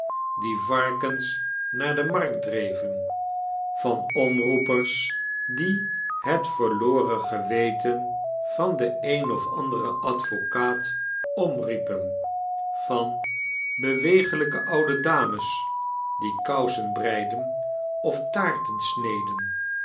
die varkens naar de markt dreven van omroepers die het verloren geweten van den eem of anderen advocaat omriepen van bewegelijke cra de dames die kousen breiden of taarten sneden